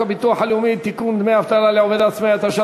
אני סמוך ובטוח שאדוני ייתן את ההנחיה הנכונה,